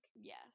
Yes